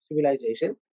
civilization